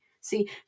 See